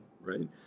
right